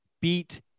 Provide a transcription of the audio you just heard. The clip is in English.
beat